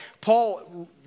Paul